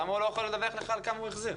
למה הוא לא יכול לדווח לך כמה הוא החזיר?